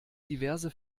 diverse